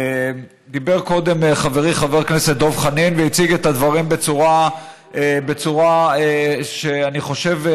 דיבר קודם חברי חבר הכנסת דב חנין והציג את הדברים בצורה שאני חושב,